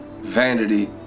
vanity